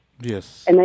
Yes